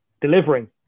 delivering